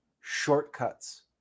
shortcuts